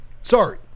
Sorry